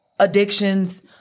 Addictions